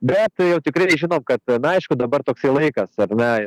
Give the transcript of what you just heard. bet jau tikrai žinom kad na aišku dabar toksai laikas ar ne